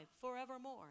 forevermore